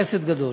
חסד גדול.